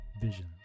Visions